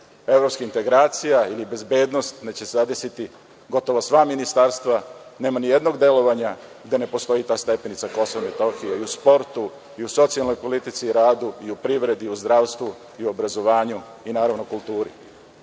evropskih integracija ili bezbednost, nego će zadesiti gotovo sva ministarstva. Nema nijednog delovanja gde ne postoji ta stepenica Kosova i Metohije, i u sportu, i u socijalnoj politici i radu, i u privredu, zdravstvu, obrazovanju i, naravno, kulturi.